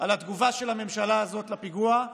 על התגובה של הממשלה הזאת על הפיגוע,